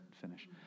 finish